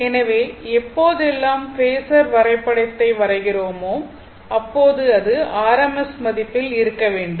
எனவே எப்போதெல்லாம் பேஸர் வரைபடத்தை வரைகிறோமோ அப்போது அது rms மதிப்பில் இருக்க வேண்டும்